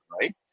right